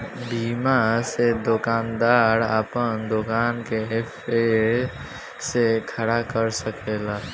बीमा से दोकानदार आपन दोकान के फेर से खड़ा कर सकेला